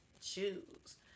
choose